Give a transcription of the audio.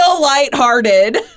lighthearted